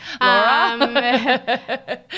Laura